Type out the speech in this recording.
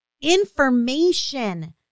information